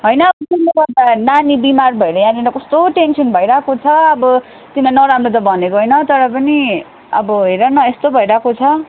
होइन अब तिमीले गर्दा नानी बिमार भएर यहाँनिर कस्तो टेन्सन भइरहेको छ अब तिमीलाई नराम्रो त भनेको होइन तर पनि अब हेर न यस्तो भइरहेको छ